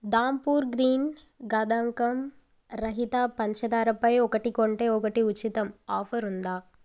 Dhampur green గదాంకం రహిత పంచదారపై ఒకటి కొంటే ఒకటి ఉచితం ఆఫరు ఉందా